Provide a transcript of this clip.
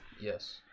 Yes